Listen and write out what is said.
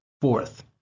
Fourth